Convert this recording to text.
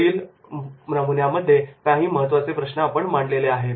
वरील नमुन्यामध्ये काही महत्त्वाचे प्रश्न आपण मांडलेले आहेत